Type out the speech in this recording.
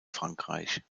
frankreich